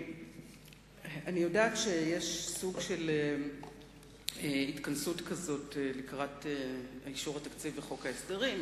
אני יודעת שיש סוג של התכנסות כזאת לקראת אישור התקציב וחוק ההסדרים,